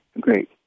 Great